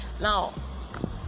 Now